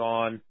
on